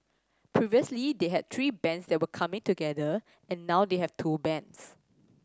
previously they had three bands that were coming together and now they have two bands